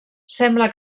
sembla